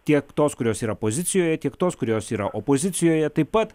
tiek tos kurios yra pozicijoje tik tos kurios yra opozicijoje taip pat